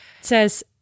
says